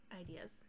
ideas